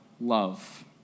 love